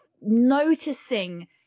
noticing